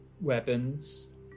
weapons